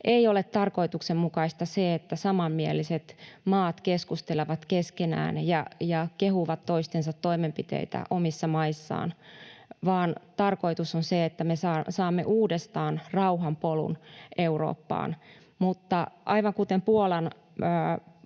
Ei ole tarkoituksenmukaista se, että samanmieliset maat keskustelevat keskenään ja kehuvat toistensa toimenpiteitä omissa maissaan, vaan tarkoitus on se, että me saamme uudestaan rauhan polun Eurooppaan. Mutta aivan kuten Puolan